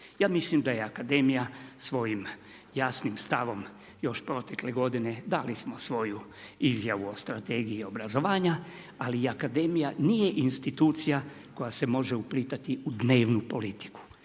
Ja mislim da je Akademija svojim jasnim stavom, još protekle godine, dali smo svoju izjavu o strategiji obrazovanja, ali Akademija nije institucija, koja se može upletati u dnevnu politiku.